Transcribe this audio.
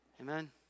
Amen